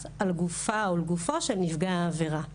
על גופה או על גופו של נפגע העבירה.